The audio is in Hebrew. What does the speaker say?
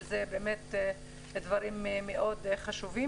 שזה באמת דברים מאוד חשובים,